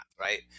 right